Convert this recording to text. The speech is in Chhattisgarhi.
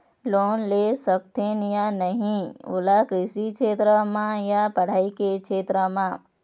लोन ले सकथे या नहीं ओला कृषि क्षेत्र मा या पढ़ई के क्षेत्र मा?